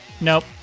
Nope